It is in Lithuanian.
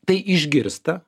tai išgirsta